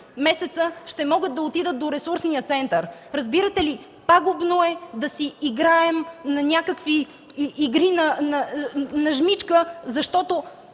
ще могат да отидат до ресурсния център. Разбирате ли, пагубно е да си играем на някакви игри, на жмичка, защото